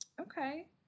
okay